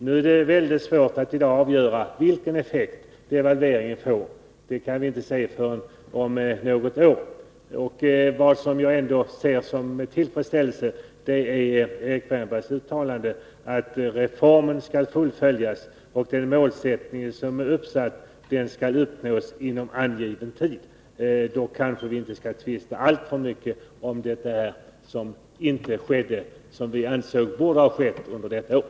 Nu är det svårt att avgöra vilken effekt devalveringen får — det kan vi inte säga förrän om något år. Jag inkasserar ändå med tillfredsställelse Erik Wärnbergs uttalande att reformen skall fullföljas och att den målsättning som är uppsatt skall uppnås inom angiven tid. Då kanske vi inte skall tvista alltför mycket om det som inte skett men som vi ansåg borde ha skett under detta år.